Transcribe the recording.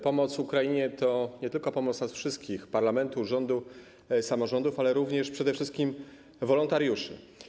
Pomoc Ukrainie to nie tylko pomoc nas wszystkich, parlamentu, rządu, samorządów, ale również przede wszystkim wolontariuszy.